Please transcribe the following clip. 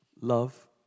Love